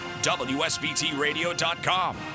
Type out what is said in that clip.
WSBTradio.com